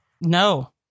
No